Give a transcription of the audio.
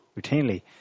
routinely